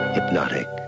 Hypnotic